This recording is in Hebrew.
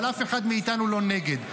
אבל אף אחד מאיתנו לא נגד.